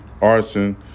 arson